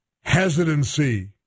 hesitancy